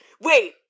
Wait